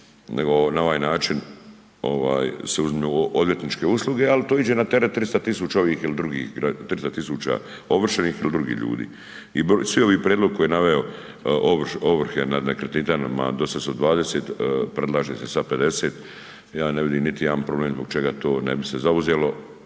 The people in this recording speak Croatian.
nego na ovaj način se ovaj uzmu odvjetničke usluge, al to iđe na teret 300.000 ovih il drugih, 300.000 ovršenih ili drugih ljudi. I svi ovi prijedlog koji je naveo ovrhe na nekretninama dosad sa 20 predlaže se sad 50, ja ne vidim niti jedan problem zbog čega to ne bi se zauzelo.